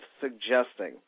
suggesting